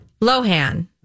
Lohan